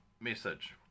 message